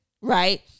right